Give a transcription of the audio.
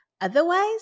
Otherwise